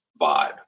vibe